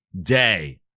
day